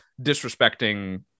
disrespecting